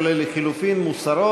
44, 45, 46, כולל לחלופין, מוסרות.